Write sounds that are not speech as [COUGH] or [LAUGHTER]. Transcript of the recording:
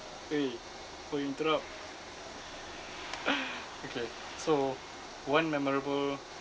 eh don't interrupt [LAUGHS] okay so one memorable